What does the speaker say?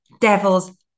Devil's